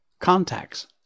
contacts